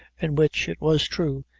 in which, it was true,